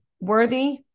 worthy